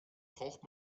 braucht